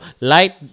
light